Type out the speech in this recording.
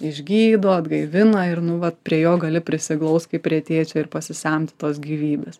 išgydo atgaivina ir nu vat prie jo gali prisiglaust kaip prie tėčio ir pasisemt tos gyvybės